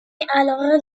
علاقه